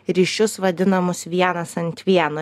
ryšius vadinamus vienas ant vieno